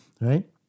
Right